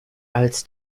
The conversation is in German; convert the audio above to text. als